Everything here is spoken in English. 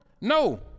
No